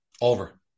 Over